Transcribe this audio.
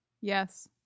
yes